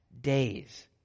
days